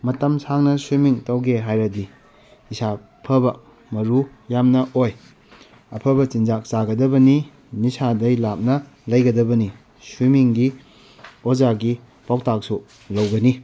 ꯃꯇꯝ ꯁꯥꯡꯅ ꯁ꯭ꯋꯤꯃꯤꯡ ꯇꯧꯒꯦ ꯍꯥꯏꯔꯕꯗꯤ ꯏꯁꯥ ꯐꯕ ꯃꯔꯨ ꯌꯥꯝꯅ ꯑꯣꯏ ꯑꯐꯕ ꯆꯤꯟꯖꯥꯛ ꯆꯥꯒꯗꯕꯅꯤ ꯅꯤꯁꯥꯗꯒꯤ ꯂꯥꯞꯅꯥ ꯂꯩꯒꯗꯕꯅꯤ ꯁ꯭ꯋꯤꯃꯤꯡꯒꯤ ꯑꯣꯖꯥꯒꯤ ꯄꯥꯎꯇꯥꯛꯁꯨ ꯂꯧꯒꯅꯤ